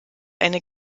eine